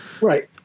Right